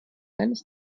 eines